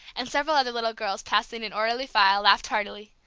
and several other little girls, passing in orderly file, laughed heartily.